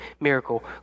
miracle